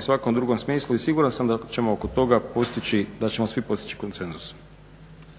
svakom drugom smislu i siguran sam da ćemo oko toga postići, da ćemo svi postići konsenzus.